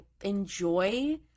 enjoy